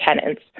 tenants